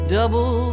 Double